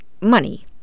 money